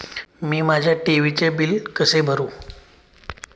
मी माझ्या टी.व्ही चे बिल कसे भरू?